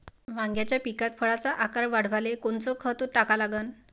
वांग्याच्या पिकात फळाचा आकार वाढवाले कोनचं खत टाका लागन?